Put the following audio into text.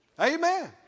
Amen